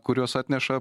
kuriuos atneša